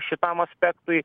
šitam aspektui